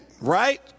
right